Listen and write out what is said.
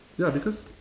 ya because